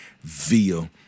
via